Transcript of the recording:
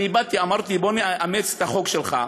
אמרתי, בוא נאמץ את החוק שלך.